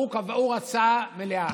הוא רצה מליאה.